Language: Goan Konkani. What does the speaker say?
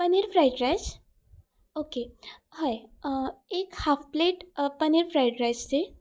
पनीर फ्रायड रायस ओके हय एक half plate paneer fried rice दी